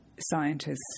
Scientists